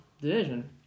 division